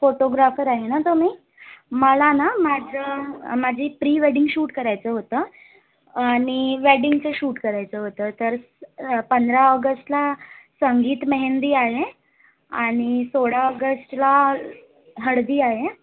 photographer आहे ना तुम्ही मला ना माझं माझी प्री वेंडिंग शूट करायचं होतं आणि वेडिंगचं शूट करायचं होतं तर पंधरा ऑगस्टला संगीत मेहेंदी आहे आणि सोळा ऑगस्टला हळदी आहे